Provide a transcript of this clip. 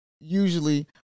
usually